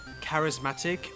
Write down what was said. charismatic